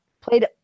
played